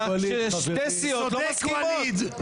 כששתי סיעות לא מסכימות?